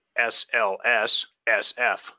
SLSSF